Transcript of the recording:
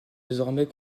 désormais